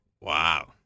Wow